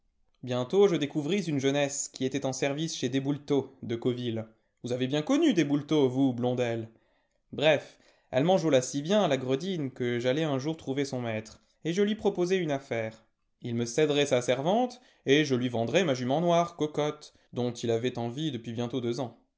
bientôt je découvris une jeunesse qui était en service chez déboultot de cauville vous avez bien connu déboultot vous blondel bref elle m'enjôla si bien la gredine que j'allai un jour trouver son maître et je lui proposai une affaire il me céderait sa servante et je lui vendrais ma jument noire cocote dont il avait envie depuis bientôt deux ans